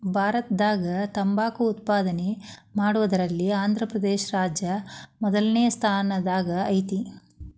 ಭಾರತದಾಗ ತಂಬಾಕ್ ಉತ್ಪಾದನೆ ಮಾಡೋದ್ರಲ್ಲಿ ಆಂಧ್ರಪ್ರದೇಶ ರಾಜ್ಯ ಮೊದಲ್ನೇ ಸ್ಥಾನದಾಗ ಐತಿ